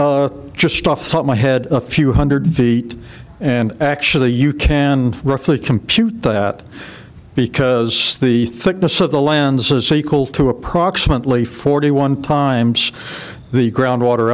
just off my head a few hundred feet and actually you can roughly compute that because the thickness of the lands is equal to approximately forty one times the ground water